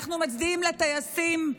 אנחנו מצדיעים לטייסים,